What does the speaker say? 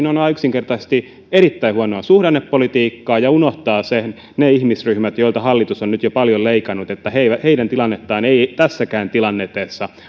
on on yksinkertaisesti erittäin huonoa suhdannepolitiikkaa ja unohtaa ne ihmisryhmät joilta hallitus on nyt jo paljon leikannut heidän tilannettaan ei tässäkään tilanteessa